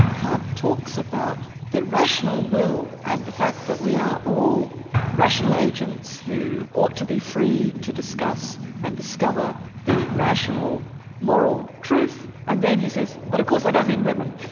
and kant talks about the rational will and the fact that we are all rational agents who ought to be free to discuss and discover the rational moral truth and then he says, but of course, i don't mean women.